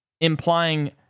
implying